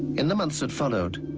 in the months that followed,